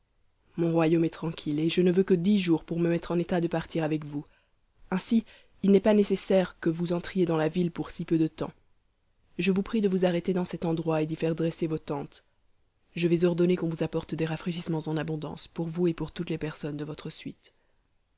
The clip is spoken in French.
mon royaume est tranquille et je ne veux que dix jours pour me mettre en état de partir avec vous ainsi il n'est pas nécessaire que vous entriez dans la ville pour si peu de temps je vous prie de vous arrêter dans cet endroit et d'y faire dresser vos tentes je vais ordonner qu'on vous apporte des rafraîchissements en abondance pour vous et pour toutes les personnes de votre suite